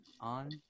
on